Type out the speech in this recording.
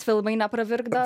filmai nepravirkdo